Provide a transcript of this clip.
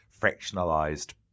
fractionalized